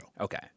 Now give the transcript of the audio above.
Okay